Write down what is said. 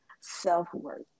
self-worth